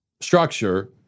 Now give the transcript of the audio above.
structure